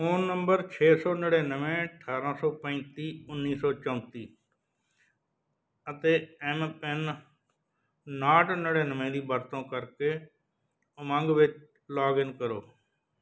phone number ਛੇ ਸੌ ਨੜਿੱਨਵੇਂ ਅਠਾਰ੍ਹਾਂ ਸੌ ਪੈਂਤੀ ਉੱਨੀ ਸੌ ਚੌਂਤੀ ਅਤੇ ਐਮ ਪੈੱਨ ਉਨਾਹਠ ਨੜਿੱਨਵੇਂ ਦੀ ਵਰਤੋਂ ਕਰਕੇ ਉਮੰਗ ਵਿੱਚ ਲੌਗਇਨ ਕਰੋ